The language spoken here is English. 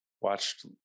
watched